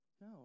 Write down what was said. No